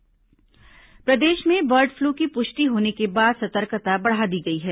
bird flu प्रदेश में bird flu की पुष्टि होने के बाद सतर्कता बढ़ा दी गई है